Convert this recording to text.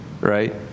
right